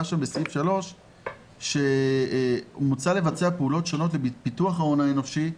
בסעיף 3 ש"מוצע לבצע פעולות שונות לפיתוח ההון האנושי,